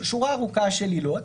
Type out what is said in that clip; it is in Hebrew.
שורה ארוכה של עילות,